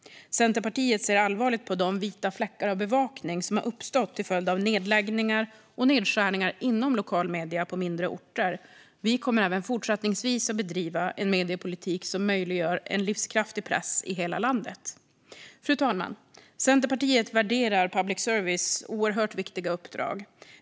Centerpartiet ser allvarligt på de vita fläckar av bevakning som har uppstått till följd av nedläggningar och nedskärningar inom lokalmedier på mindre orter. Vi kommer även fortsättningsvis att bedriva en mediepolitik som möjliggör en livskraftig press i hela landet. Fru talman! Centerpartiet värderar public services oerhört viktiga uppdrag.